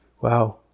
Wow